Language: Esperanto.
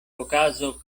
okazo